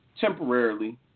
temporarily